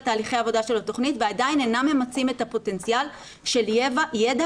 תהליכי העבודה של התכנית ועדיין אינם ממצים את הפוטנציאל של ידע,